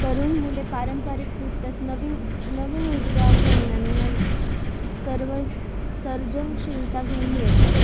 तरुण मुले पारंपरिक नृत्यात नवीन नवीन ऊर्जा घेऊन आणि न सर्व सर्जनशीलता घेऊन येतात